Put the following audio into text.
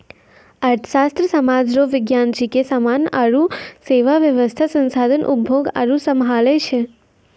अर्थशास्त्र सामाज रो विज्ञान छिकै समान आरु सेवा वेवस्था संसाधन उपभोग आरु सम्हालै छै